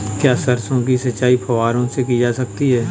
क्या सरसों की सिंचाई फुब्बारों से की जा सकती है?